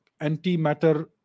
antimatter